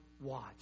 watch